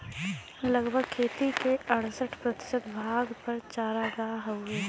लगभग खेती क अड़सठ प्रतिशत भाग पर चारागाह हउवे